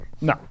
No